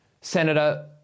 Senator